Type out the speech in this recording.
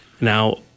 Now